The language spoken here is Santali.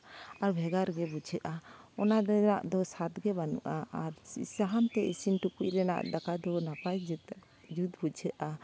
ᱟᱨ ᱵᱷᱮᱜᱟᱨ ᱜᱮ ᱵᱩᱡᱷᱟᱹᱜᱼᱟ ᱚᱱᱟ ᱨᱮᱭᱟᱜ ᱫᱚ ᱥᱟᱫ ᱜᱮ ᱵᱟᱱᱩᱜᱼᱟ ᱟᱨ ᱥᱟᱦᱟᱱᱛᱮ ᱤᱥᱤᱱ ᱴᱩᱠᱩᱡ ᱨᱮᱱᱟᱜ ᱫᱟᱠᱟ ᱫᱚ ᱱᱟᱯᱟᱭ ᱜᱮ ᱡᱩᱛ ᱵᱩᱡᱷᱟᱹᱜᱼᱟ